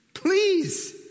Please